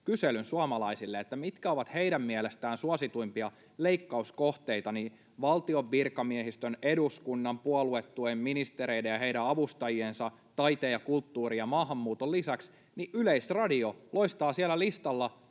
kyselyn suomalaisille, että mitkä ovat heidän mielestään suosituimpia leikkauskohteita, niin valtion virkamiehistön, eduskunnan, puoluetuen, ministereiden ja heidän avustajiensa, taiteen ja kulttuurin ja maahanmuuton lisäksi Yleisradio loistaa siellä listalla